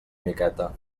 miqueta